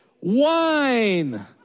Wine